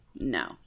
No